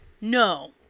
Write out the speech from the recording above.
No